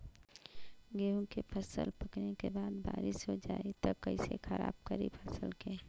गेहूँ के फसल पकने के बाद बारिश हो जाई त कइसे खराब करी फसल के?